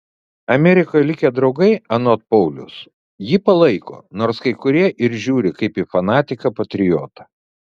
amerikoje likę draugai anot pauliaus jį palaiko nors kai kurie ir žiūri kaip į fanatiką patriotą